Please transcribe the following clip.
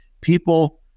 people